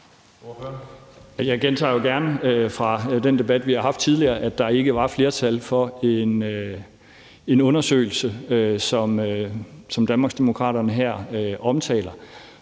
Jeg gentager gerne fra den debat, vi har haft tidligere, at der ikke var flertal for en undersøgelse, som Danmarksdemokraterne her omtaler.